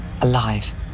alive